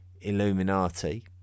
Illuminati